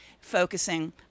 focusing